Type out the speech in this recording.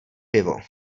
pivo